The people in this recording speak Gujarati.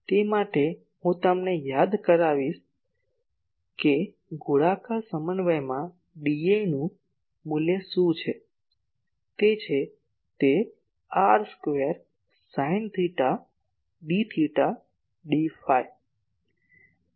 તે માટે હું તમને યાદ કરાવીશ કે ગોળાકાર સમન્વયમાં dA નું મૂલ્ય શું છે તે છે તે r square sine theta d theta d phi છે